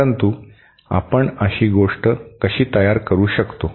परंतु आपण अशी गोष्ट कशी तयार करू शकतो